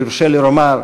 אם יורשה לי לומר,